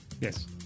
Yes